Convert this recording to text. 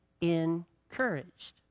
encouraged